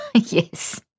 yes